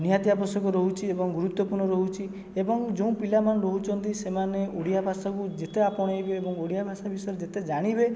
ନିହାତି ଆବଶ୍ୟକ ରହୁଛି ଏବଂ ଗୁରୁତ୍ଵପୂର୍ଣ୍ଣ ବି ରହୁଛି ଏବଂ ଜେଉଁ ପିଲାମାନେ ରହୁଛନ୍ତି ସେମାନେ ଓଡ଼ିଆ ଭାଷାକୁ ଯେତେ ଆପଣେଇବେ ଏବଂ ଓଡ଼ିଆ ଭାଷା ବିଷୟରେ ଯେତେ ଜାଣିବେ